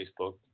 Facebook